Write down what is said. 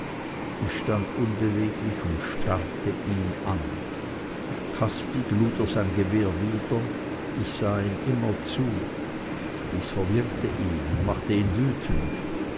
ich stand unbeweglich und starrte ihn an hastig lud er sein gewehr wieder ich sah ihm immer zu dies verwirrte ihn und machte ihn wütend